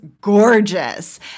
gorgeous